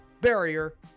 barrier